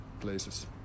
places